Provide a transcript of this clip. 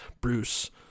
Bruce